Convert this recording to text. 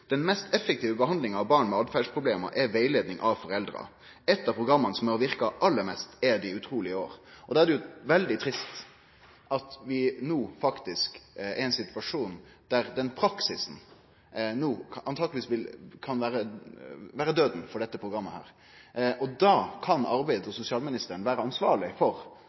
den mest effektive behandlinga av barn med åtferdsproblem, er rettleiing av foreldre. Eit av programma som har verka aller mest, er De utrolige årene. Da er det veldig trist at vi no faktisk er i ein situasjon der den praksisen antakeleg kan vere døden for dette programmet. Da kan arbeids- og sosialministeren vere ansvarleg for